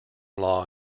law